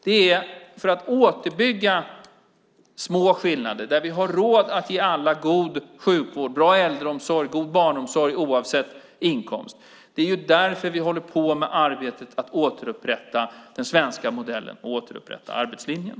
Det är för att återbygga små skillnader, där vi har råd att ge alla god sjukvård, bra äldreomsorg, god barnomsorg oavsett inkomst, som vi håller på med arbetet att återupprätta den svenska modellen och återupprätta arbetslinjen.